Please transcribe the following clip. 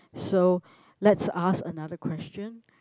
so let's ask another question